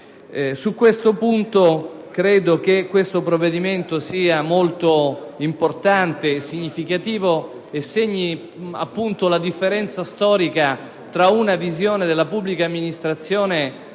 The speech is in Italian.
Su questo punto credo che il provvedimento in esame sia molto importante e significativo e segni la differenza storica tra una visione della pubblica amministrazione